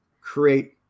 create